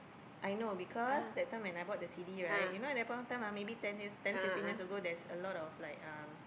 I know because that time when I bought the C_D right you know at that point of time ah maybe ten years ten fifteen years ago there's a lot of like um